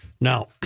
Now